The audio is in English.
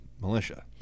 militia